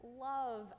love